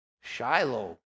Shiloh